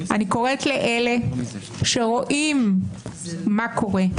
אני קוראת לאלה שרואים מה שקורא: